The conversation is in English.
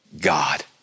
God